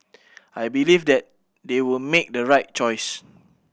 I believe that they will make the right choice